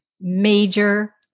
major